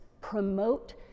promote